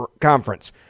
conference